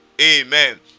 Amen